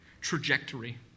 trajectory